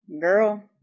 girl